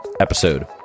episode